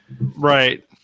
right